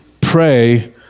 pray